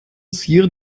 zier